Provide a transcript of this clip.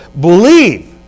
believe